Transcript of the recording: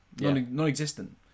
Non-existent